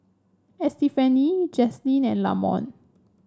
Estefany Jazlyn and Lamont